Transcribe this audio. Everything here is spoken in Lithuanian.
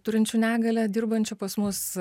turinčių negalią dirbančių pas mus